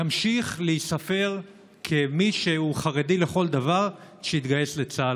ימשיך להיספר כמי שהוא חרדי לכל דבר שהתגייס לצה"ל.